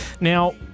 Now